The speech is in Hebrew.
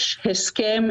כן,